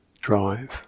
drive